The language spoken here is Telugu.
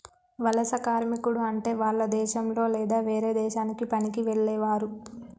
వలస కార్మికుడు అంటే వాల్ల దేశంలొ లేదా వేరే దేశానికి పనికి వెళ్లేవారు